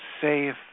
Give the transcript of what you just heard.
safe